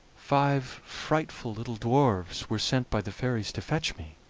five frightful little dwarfs were sent by the fairies to fetch me,